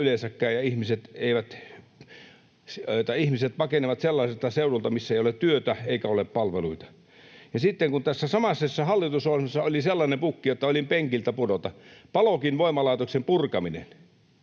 ja ihmiset pakenevat sellaisilta seuduilta, missä ei ole työtä eikä ole palveluita. Sitten tässä samaisessa hallitusohjelmassa oli sellainen pukki, että olin penkiltä pudota: Palokin voimalaitoksen purkaminen.